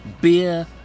Beer